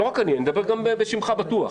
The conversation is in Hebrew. לא רק אני, אני מדבר גם בשמך בטוח.